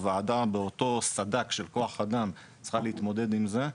הועדה באותו סד"כ של כוח אדם צריכה להתמודד עם זה.